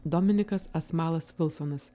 dominikas asmalas vilsonas